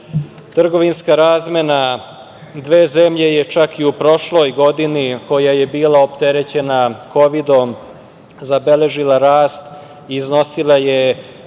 Trgovinska razmena dve zemlje je čak i prošloj godini koja je bila opterećena kovidom zabeležila rast i iznosila je